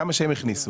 כמה שהם הכניסו,